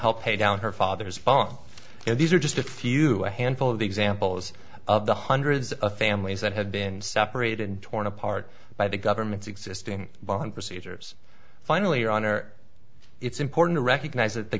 help pay down her father's farm and these are just a few a handful of examples of the hundreds of families that have been separated torn apart by the government's existing bond procedures finally honor it's important to recognize that the